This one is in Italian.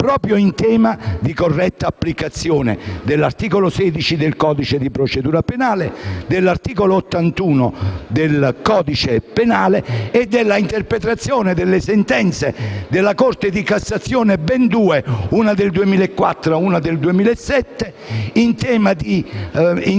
proprio in tema di corretta applicazione dell'articolo 16 del codice di procedura penale, dell'articolo 81 del codice penale e dell'interpretazione delle sentenze della Corte di cassazione (ben due) del 2004 e del 2007 in tema di indagine